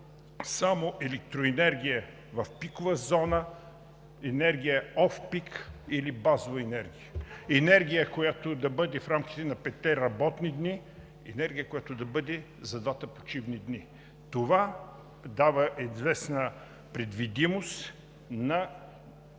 само електроенергия в пикова зона, енергия офпик или базова енергия, енергия, която да бъде в рамките на петте работни дни, енергия, която да бъде за двата почивни дни. Това дава известна предвидимост на